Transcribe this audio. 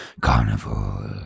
carnival